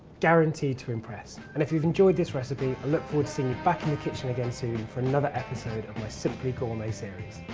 guaranteed to impress. and, if you have enjoyed this recipe, look for it soon. back in the kitchen again soon, for another episode of my simply gourmet series.